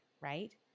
right